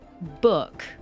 Book